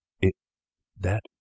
It—that—